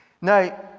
Now